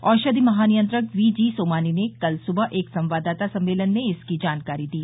औषधि महानियंत्रक V G Somani ने कल सुबह एक संवाददाता सम्मेलन में इसकी जानकारी दी